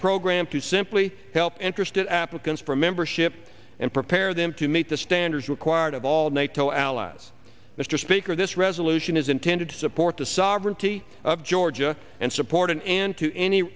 program to simply help interested applicants for membership and prepare them to meet the standards required of all nato allies mr speaker this resolution is intended to support the sovereignty of georgia and supported and to any